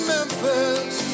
Memphis